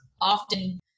often